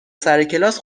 سرکلاس